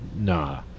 Nah